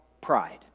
Pride